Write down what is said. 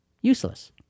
useless